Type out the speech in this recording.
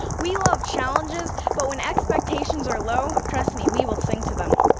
we love challenges, but when expectations are low, trust me, we will sink to them.